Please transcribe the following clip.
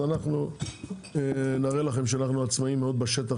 אז אנחנו נראה לכם שאנחנו עצמאיים מאוד בשטח,